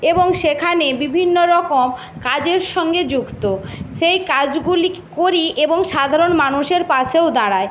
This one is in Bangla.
এবং সেখানে বিভিন্ন রকম কাজের সঙ্গে যুক্ত সেই কাজগুলি ক্ করি এবং সাধারণ মানুষের পাশেও দাঁড়াই